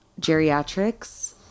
Geriatrics